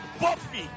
Buffy